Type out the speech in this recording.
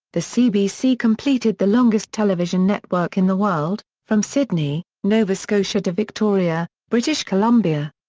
the cbc completed the longest television network in the world, from sydney, nova scotia to victoria, british columbia.